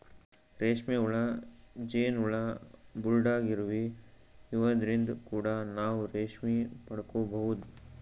ರೇಶ್ಮಿ ಹುಳ, ಜೇನ್ ಹುಳ, ಬುಲ್ಡಾಗ್ ಇರುವಿ ಇವದ್ರಿನ್ದ್ ಕೂಡ ನಾವ್ ರೇಶ್ಮಿ ಪಡ್ಕೊಬಹುದ್